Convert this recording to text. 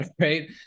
right